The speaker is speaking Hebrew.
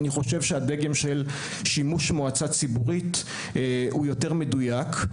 אני חושב שהדגם של שימוש מועצה ציבורית הוא יותר מדויק,